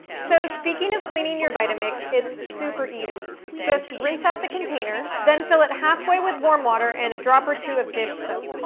so, speaking of cleaning your vitamix it's super easy. just rinse out the container then fill it halfway with warm water and a drop or two of dish soap.